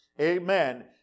Amen